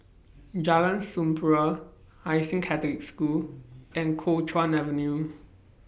Jalan Sampurna Hai Sing Catholic School and Kuo Chuan Avenue